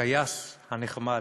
הכייס הנחמד.